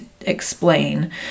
explain